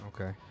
Okay